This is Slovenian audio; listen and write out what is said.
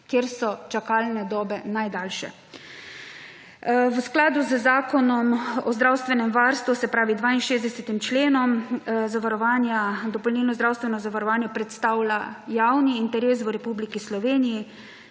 kjer so čakalne dobe najdaljše. V skladu z zakonom o zdravstvenem varstvu, se pravi 62. členu zavarovanja dopolnilno zdravstveno zavarovanje predstavlja javni interes v Republiki Sloveniji,